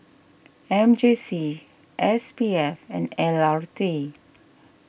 M J C S P F and L R T